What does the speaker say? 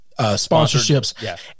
sponsorships